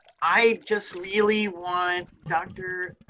i just really want doctor,